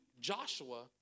Joshua